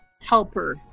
helper